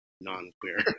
non-queer